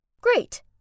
Great